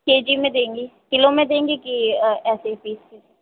के जी में देंगी किलो में देंगी कि ऐसे ही पीस